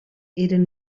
eren